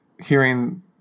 hearing